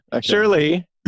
Surely